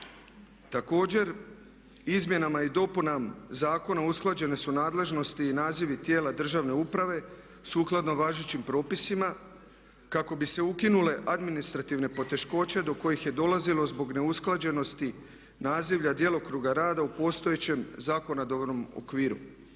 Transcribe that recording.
Također, izmjenama i dopunama zakona usklađene su nadležnosti i nazivi tijela državne uprave sukladno važećim propisima kako bi se ukinule administrativne poteškoće do kojih je dolazilo zbog neusklađenosti nazivlja djelokruga rada u postojećem zakonodavnom okviru.